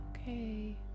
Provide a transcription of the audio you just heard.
okay